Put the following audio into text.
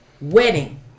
wedding